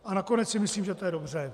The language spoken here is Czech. A nakonec si myslím, že to je dobře.